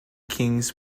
kings